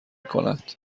کند